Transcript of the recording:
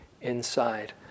inside